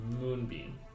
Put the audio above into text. Moonbeam